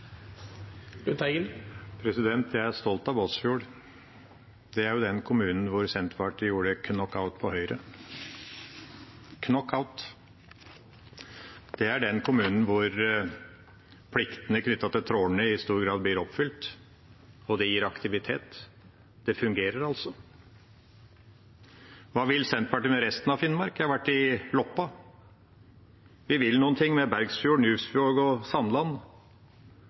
Jeg er stolt av Båtsfjord. Det er jo den kommunen hvor Senterpartiet gjorde knockout på Høyre – knockout. Det er den kommunen hvor pliktene knyttet til trålerne i stor grad blir oppfylt, og det gir aktivitet. Det fungerer, altså. Hva vil Senterpartiet med resten av Finnmark? Jeg har vært i Loppa; vi vil noen ting med Bergsfjorden, Nuvsvåg og Sandland.